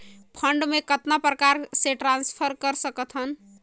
Fund मे कतना प्रकार से ट्रांसफर कर सकत हन?